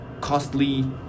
costly